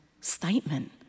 statement